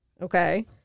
okay